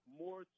more